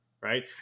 Right